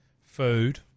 Food